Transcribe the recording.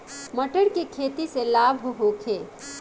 मटर के खेती से लाभ होखे?